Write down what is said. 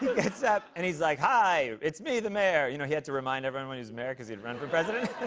gets up, and he's like, hi, it's me, the mayor. you know, he had to remind everyone when he was mayor because he had run for president.